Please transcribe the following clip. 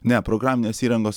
ne programinės įrangos